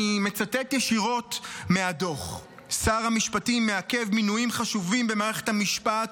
אני מצטט ישירות מהדוח: שר המשפטים מעכב מינויים חשובים במערכת המשפט,